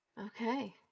Okay